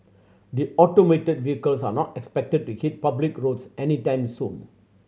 the automated vehicles are not expected to hit public roads anytime soon